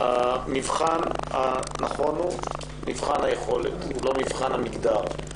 המבחן הנכון הוא מבחן היכולת, לא מבחן המגדר.